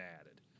added